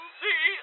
see